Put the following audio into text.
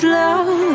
love